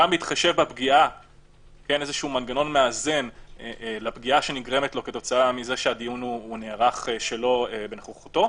גם מנגנון מאזן לפגיעה שנגרמת לו כתוצאה מזה שהדיון נערך שלא בנוכחותו,